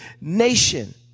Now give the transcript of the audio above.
nation